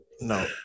No